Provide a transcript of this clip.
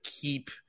keep